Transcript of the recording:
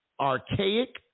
Archaic